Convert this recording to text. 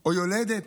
או יולדת,